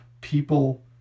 people